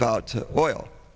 about oil